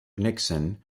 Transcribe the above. nixon